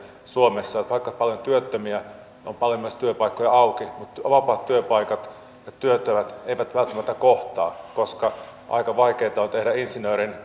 suomessa että vaikka olisi paljon työttömiä on paljon myös työpaikkoja auki mutta vapaat työpaikat ja työttömät eivät välttämättä kohtaa koska aika vaikeata on insinöörin